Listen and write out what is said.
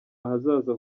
ahazaza